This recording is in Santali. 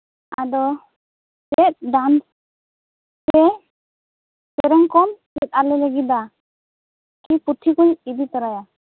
ᱟᱫᱚ ᱪᱮᱫ ᱰᱟᱱᱥ ᱥᱮ ᱥᱮᱨᱮᱧ ᱠᱚᱢ ᱪᱮᱫ ᱟᱞᱮ ᱞᱟᱹᱜᱤᱫᱟ ᱠᱤ ᱯᱩᱛᱷᱤ ᱠᱩᱧ ᱤᱫᱤ ᱛᱟᱨᱟᱭᱟ